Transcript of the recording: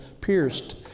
pierced